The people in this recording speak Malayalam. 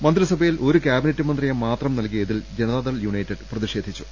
മന്ത്രിസഭയിൽ ഒരു കാബി നറ്റ് മന്ത്രിയെ മാത്രം നൽകിയതിൽ ജനതാദൾ യുണൈറ്റഡ് പ്രതിഷേധിച്ചു